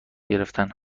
گرفتن